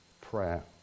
prayer